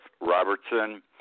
Robertson